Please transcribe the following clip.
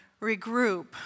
regroup